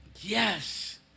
yes